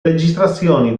registrazioni